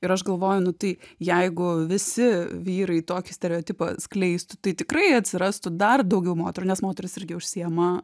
ir aš galvoju nu tai jeigu visi vyrai tokį stereotipą skleistų tai tikrai atsirastų dar daugiau moterų nes moterys irgi užsiima